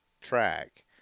track